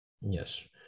Yes